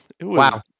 Wow